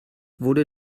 wurde